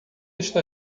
está